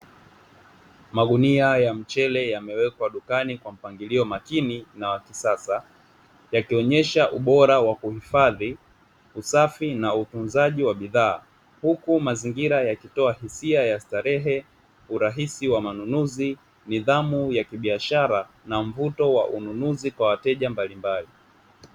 Magunia ya mchele yamewekwa dukani kwa mpangilio makini na wa kisasa yakionyesha ubora wa kuhifadhi, usafi na utunzaji wa bidhaa huku mazingira yakitoa hisia ya starehe, urahisi wa manunuzi, nidhamu ya kibiashara na mvuto wa ununuzi kwa wateja mbalimbali.